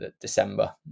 December